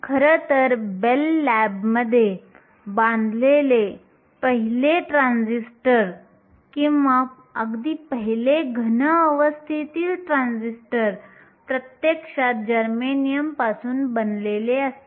खरं तर बेल लॅबमध्ये बांधलेले पहिले ट्रान्झिस्टर किंवा अगदी पहिले घन अवस्थेतील ट्रान्झिस्टर प्रत्यक्षात जर्मेनियमपासून बनलेले असते